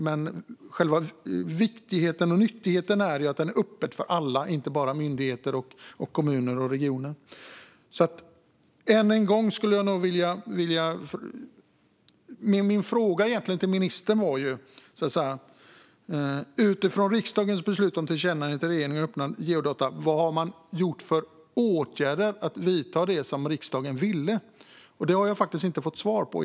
Men det är viktigt att nyttigheten är öppen för alla och inte bara för myndigheter, kommuner och regioner. Min fråga till ministern var: Vilka åtgärder avser man att vidta för att åstadkomma det som riksdagen ville utifrån riksdagens tillkännagivande om öppna geodata? Det har jag egentligen inte fått svar på.